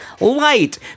Light